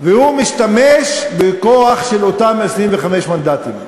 הוא משתמש בכוח של אותם 25 מנדטים.